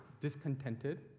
discontented